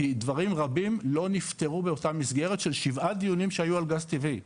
כי דברים רבים לא נפתרו באותה מסגרת של שבעה דיונים שהיו על גז טבעי,